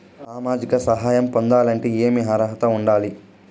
సామాజిక సహాయం పొందాలంటే ఏమి అర్హత ఉండాలి?